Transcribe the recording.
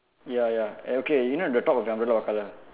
ya ya eh okay you know the top of the umbrella what colour